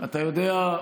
אתה יודע,